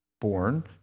born